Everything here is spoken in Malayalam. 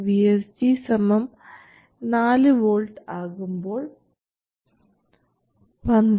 VSG 4 വോൾട്ട് ആകുമ്പോൾ 12